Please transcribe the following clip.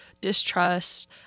distrust